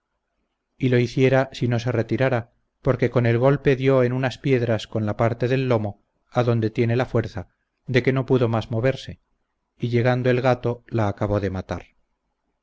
y lo hiciera si no se retirara porque con el golpe dió en unas piedras con la parte del lomo a donde tiene la fuerza de que no pudo más moverse y llegando el gato la acabó de matar